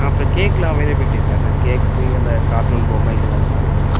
ஆ அப்புறம் கேக்லாம் அவைலபிலிட்டி இருக்கா சார் கேக்கு அந்த கார்ட்டூன் பொம்மைகள் அந்தமாதிரி எதாவது